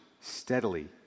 steadily